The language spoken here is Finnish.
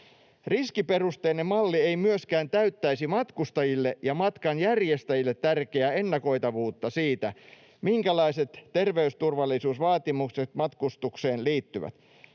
Riskiperusteinen malli ei myöskään täyttäisi matkustajille ja matkanjärjestäjille tärkeää ennakoitavuutta siitä, minkälaiset terveysturvallisuusvaatimukset matkustukseen liittyvät.